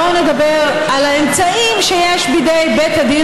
בואו נדבר על האמצעים שיש בידי בית הדין